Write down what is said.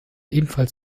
ebenfalls